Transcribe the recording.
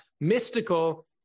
mystical